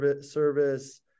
service